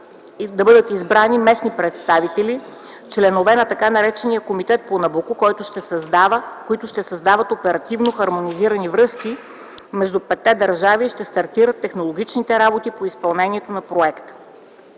да бъдат избрани местни представители, членове на така наречения Комитет по „Набуко”, които ще създават оперативно хармонизирани връзки между петте държави и ще стартират технологичните работи по изпълнението на проекта.